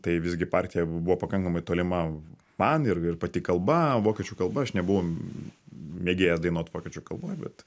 tai visgi partija buvo pakankamai tolima man ir ir pati kalba vokiečių kalba aš nebuvau mėgėjas dainuot vokiečių kalba bet